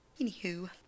Anywho